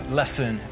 lesson